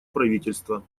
правительства